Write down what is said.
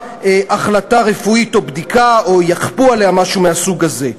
החלטה רפואית או בדיקה או יכפו עליה משהו מהסוג הזה,